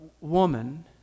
woman